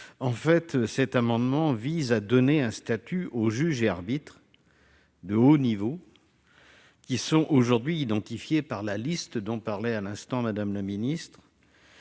le présent article. Il vise à donner un statut aux juges et aux arbitres de haut niveau, qui sont aujourd'hui identifiés par la liste dont parlait à l'instant Mme la ministre.